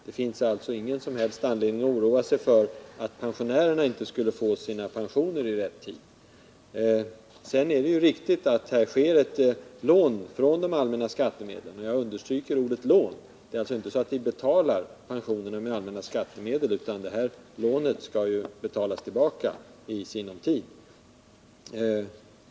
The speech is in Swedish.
Det finns alltså ingen som helst anledning att oroa sig för att pensionärerna inte skulle få sina pensioner i rätt tid. Sedan är det ju riktigt att här blir ett lån från de allmänna skattemedlen, och jag understryker ordet lån. Det är alltså inte så att vi betalar pensionen med allmänna skattemedel, utan det här lånet skall ju betalas tillbaka i sinom tid.